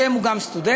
השם הוא גם "סטודנטים",